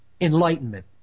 Enlightenment